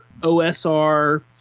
OSR –